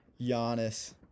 Giannis